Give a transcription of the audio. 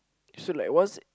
so like once